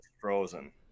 frozen